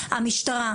המשטרה,